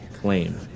claim